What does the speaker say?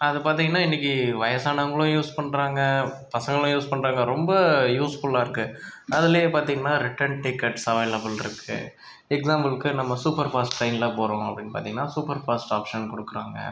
அதை பார்த்தீங்கனா இன்றைக்கு வயசானவங்களும் யூஸ் பண்ணுறாங்க பசங்களும் யூஸ் பண்ணுறாங்க ரொம்ப யூஸ்ஃபுல்லாக இருக்குது அதில் பார்த்தீங்கனா ரிட்டன் டீக்கெட்ஸ் அவைலபுள் இருக்குது எக்ஸாம்புளுக்கு நம்ம சூப்பர் பாஸ்ட் ட்ரெயினில் போகிறோம் அப்படின்னு பார்த்தீங்கனா சூப்பர் ஃபாஸ்ட் ஆப்ஷன் கொடுக்குறாங்க